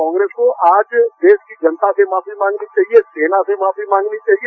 कांग्रेस को आज देश की जनता से माफी मांगनी चाहिए सेना से माफी मांगनी चाहिए